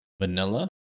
vanilla